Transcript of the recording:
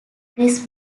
chris